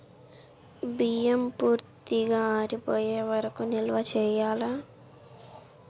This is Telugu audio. బియ్యం పూర్తిగా ఆరిపోయే వరకు నిల్వ చేయాలా?